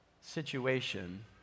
situation